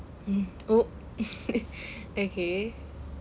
hmm oh okay